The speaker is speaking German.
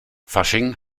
fasching